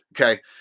okay